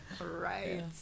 Right